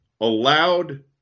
allowed